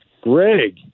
Greg